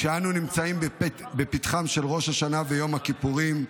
כשאנו נמצאים בפתחם של ראש השנה ויום הכיפורים,